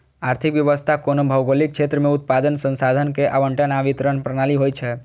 आर्थिक व्यवस्था कोनो भौगोलिक क्षेत्र मे उत्पादन, संसाधन के आवंटन आ वितरण प्रणाली होइ छै